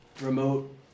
remote